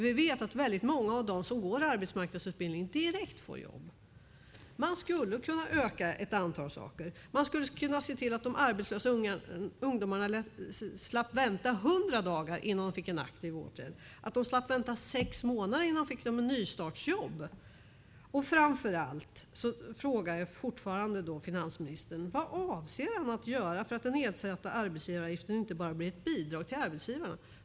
Vi vet att många av dem som går en arbetsmarknadsutbildning får jobb direkt. Man skulle kunna se till att de arbetslösa ungdomarna slapp vänta i 100 dagar innan de får en aktiv åtgärd. Man skulle kunna se till att de slapp vänta i sex månader innan de får ett nystartsjobb. Vad avser finansministern att göra för att den sänkta arbetsgivaravgiften inte bara ska bli ett bidrag till arbetsgivarna?